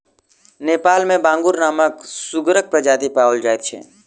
नेपाल मे बांगुर नामक सुगरक प्रजाति पाओल जाइत छै